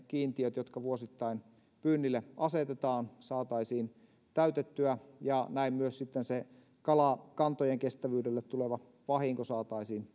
kiintiöt jotka vuosittain pyynnille asetetaan saataisiin täytettyä ja näin myös sitten se kalakantojen kestävyydelle tuleva vahinko saataisiin